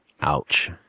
Ouch